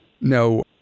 no